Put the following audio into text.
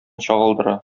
чагылдыра